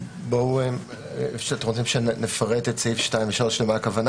אבל אנחנו רוצים כמינהלת שירותים לאדם להזכיר לו הרשיון שלך עומד